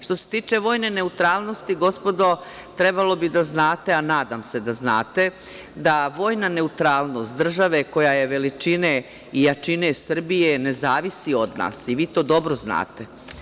Što se tiče vojne neutralnosti, gospodo, trebalo bi da znate, a nadam se da znate, da vojna neutralnost države koja je veličine i jačine Srbije ne zavisi od nas i vi to dobro znate.